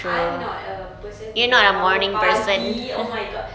I'm not a person who'd bangun pagi oh my god